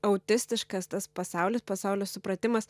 autistiškas tas pasaulis pasaulio supratimas